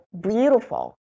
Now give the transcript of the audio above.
beautiful